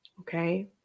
okay